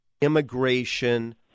immigration